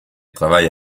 travaille